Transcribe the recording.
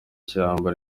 shyamba